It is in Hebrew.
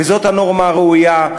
וזאת הנורמה הראויה,